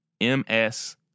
MS